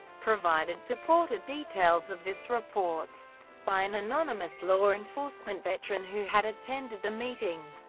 provided purported details of this report by an anonymous law enforcement veteran who had attended the meeting.